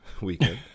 weekend